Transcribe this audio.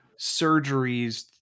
surgeries